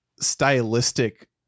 stylistic